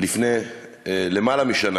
לפני למעלה משנה